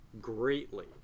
greatly